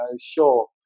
sure